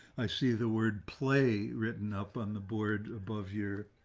i see the word play written up on the board above here.